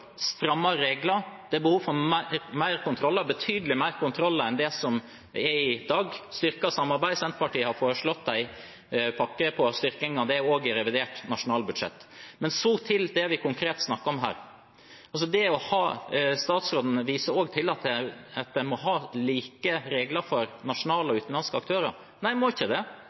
enn det som er i dag, og for styrket samarbeid. Senterpartiet har foreslått en pakke for styrking av det i revidert nasjonalbudsjett. Men så til det vi konkret snakker om her. Statsråden viser til at en må ha like regler for nasjonale og utenlandske aktører. Nei, en må ikke det.